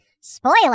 Spoiler